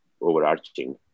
overarching